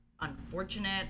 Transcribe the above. unfortunate